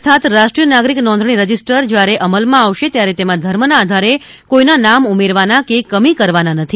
અર્થાત રાષ્ટ્રીય નાગરિક નોંધણી રજીસ્ટર જ્યારે અમલ માં આવશે ત્યારે તેમાં ધર્મ ના આધારે કોઈના નામ ઉમેરવાના કે કમી કરવાના નથી